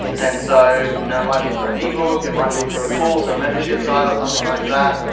and so you know might be for an ebook, it might be for a course or a membership site or something like that.